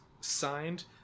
signed